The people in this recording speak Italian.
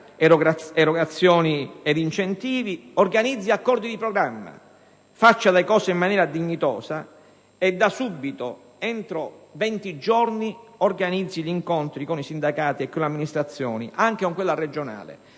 erogazioni ed incentivi: organizzi accordi di programma, faccia le cose in maniera dignitosa e da subito, entro 20 giorni, organizzi l'incontro con i sindacati e con le amministrazioni locali. Oggi sia Marchionne